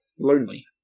Lonely